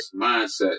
mindset